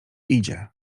idzie